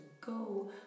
go